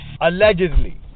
Allegedly